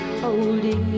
holding